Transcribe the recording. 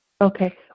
Okay